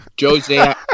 Jose